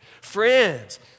Friends